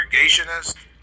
segregationist